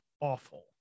awful